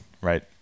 right